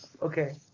Okay